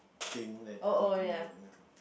thing that you can